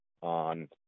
on